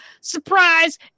surprise